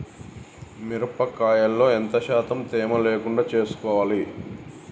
మిరప కాయల్లో ఎంత శాతం తేమ లేకుండా చూసుకోవాలి?